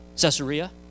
Caesarea